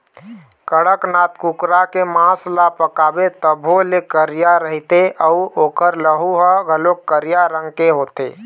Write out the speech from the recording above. कड़कनाथ कुकरा के मांस ल पकाबे तभो ले करिया रहिथे अउ ओखर लहू ह घलोक करिया रंग के होथे